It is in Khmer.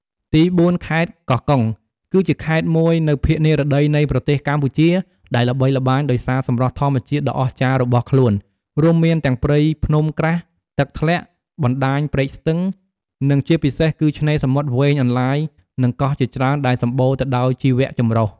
ទីបួន ខេត្តកោះកុង គឺជាខេត្តមួយនៅភាគនិរតីនៃប្រទេសកម្ពុជា ដែលល្បីល្បាញដោយសារសម្រស់ធម្មជាតិដ៏អស្ចារ្យរបស់ខ្លួន រួមមានទាំងព្រៃភ្នំក្រាស់ ទឹកធ្លាក់ បណ្តាញព្រែកស្ទឹង និងជាពិសេសគឺ ឆ្នេរសមុទ្រវែងអន្លាយ និងកោះជាច្រើន ដែលសម្បូរទៅដោយជីវៈចម្រុះ។